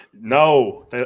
No